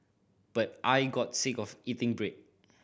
but I got sick of eating bread